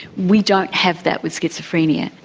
we don't have that with schizophrenia.